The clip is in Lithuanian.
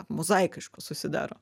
mozaika iš ko susidaro